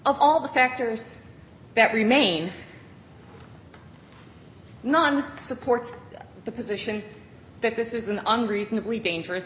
all the factors that remain none supports the position that this is an unreasonably dangerous